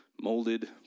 molded